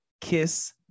Kiss